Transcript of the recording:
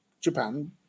Japan